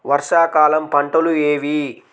వర్షాకాలం పంటలు ఏవి?